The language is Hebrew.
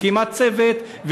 מקימה צוות,